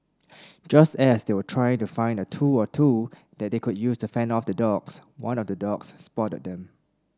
just as they were trying to find a tool or two that they could use to fend off the dogs one of the dogs spotted them